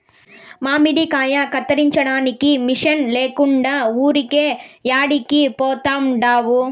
మామిడికాయ కత్తిరించడానికి మిషన్ లేకుండా ఊరికే యాడికి పోతండావు